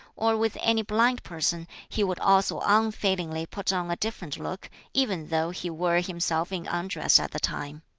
or with any blind person, he would also unfailingly put on a different look, even though he were himself in undress at the time.